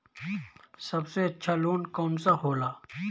सबसे अच्छा लोन कौन सा होला?